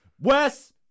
Wes